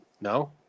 No